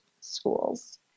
schools